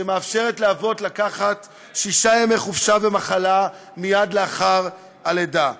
שמאפשרת לאבות לקחת שישה ימי חופשה ומחלה מייד לאחר הלידה.